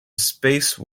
space